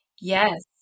Yes